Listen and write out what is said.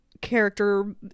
character